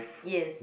yes